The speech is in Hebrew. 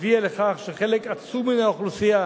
הביאה לכך שחלק עצום מן האוכלוסייה